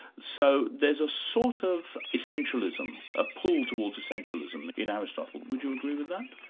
so there's a sort of essentialism, a pull towards essentialism in aristotle. would you agree with that?